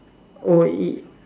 oh it